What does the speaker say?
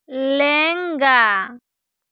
ᱞᱮᱝᱜᱟ